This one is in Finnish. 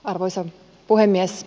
arvoisa puhemies